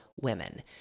women